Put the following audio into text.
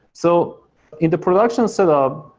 so in the production setup,